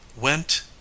WENT